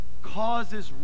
causes